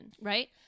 right